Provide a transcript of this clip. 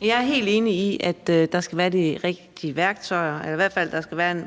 Jeg er helt enig i, at der skal være de rigtige værktøjer, eller at der i hvert fald skal være